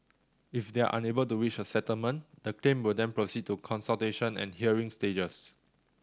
if they are unable to reach a settlement the claim will then proceed to consultation and hearing stages